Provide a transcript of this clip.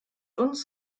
uns